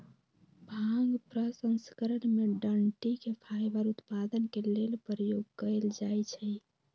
भांग प्रसंस्करण में डनटी के फाइबर उत्पादन के लेल प्रयोग कयल जाइ छइ